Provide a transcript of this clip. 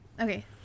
Okay